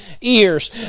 ears